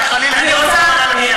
אני אדבר, אין בעיה.